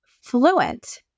fluent